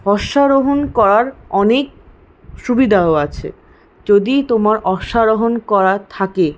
অশ্বারোহণ করার অনেক সুবিধাও আছে যদি তোমার অশ্বারোহণ করার থাকে